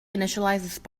initialized